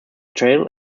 trail